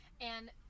And-